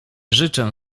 życzę